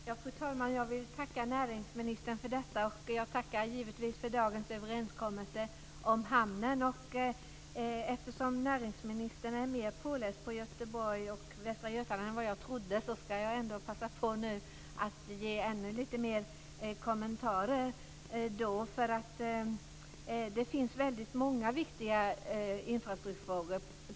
Fru talman! Jag vill tacka näringsministern för detta. Jag tackar givetvis för dagens överenskommelse om hamnen. Eftersom näringsministern är mer påläst på Göteborg och Västra Götaland än vad jag trodde ska jag passa på att ge ytterligare några kommentarer. Det finns väldigt många viktiga infrastrukturfrågor.